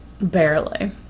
Barely